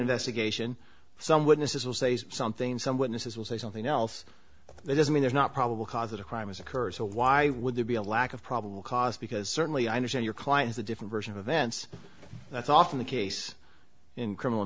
investigation some witnesses will say something some witnesses will say something else that doesn't mean there's not probable cause that a crime has occurred so why would there be a lack of probable cause because certainly i understand your client's a different version of events that's often the case in criminal